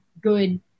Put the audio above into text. good